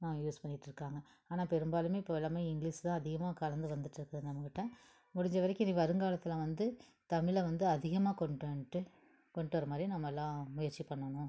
use பண்ணிட்டுருக்காங்க ஆனால் பெரும்பாலும் இப்போ எல்லாம் இங்கிலீஷ் தான் அதிகமாக கலந்து வந்துட்டு இருக்கு நம்மக்கிட்ட முடிஞ்ச வரைக்கும் இனி வருங்காலத்தில் வந்து தமிழை வந்து அதிகமாக கொண்ட்டு வந்துட்டு கொண்ட்டு வரமாதிரி நம்ம எல்லாம் முயற்சி பண்ணணும்